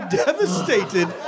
devastated